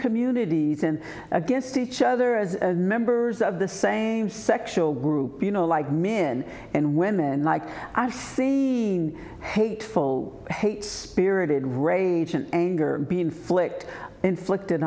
communities and against each other as members of the same sexual group you know like min and women like i thing hateful hate spirited rage and anger being flicked inflicted